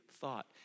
thought